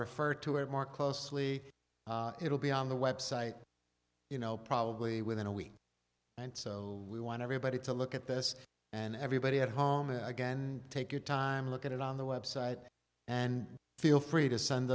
refer to it more closely it will be on the website you know probably within a week and so we want everybody to look at this and everybody at home again take your time look at it on the website and feel free to send